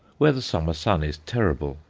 where the summer sun is terrible,